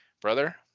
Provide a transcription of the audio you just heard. brother